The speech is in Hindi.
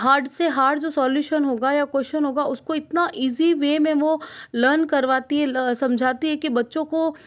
हार्ड से हार्ड जो सोल्यूशंस होगा या क्वेशन होगा उसको इतना ईजी वे में वो लर्न करवाती है कि समझाती है कि बच्चों को